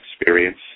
experience